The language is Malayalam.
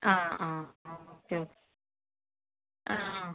ആ ആ ഓക്കെ ആ